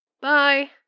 Bye